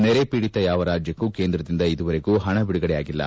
ನೆರೆ ಪೀಡಿತ ಯಾವ ರಾಜ್ಯಕ್ಕೂ ಕೇಂದ್ರದಿಂದ ಇದುವರೆಗೂ ಪಣ ಬಿಡುಗಡೆಯಾಗಿಲ್ಲ